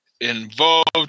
involved